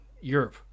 Europe